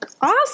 Awesome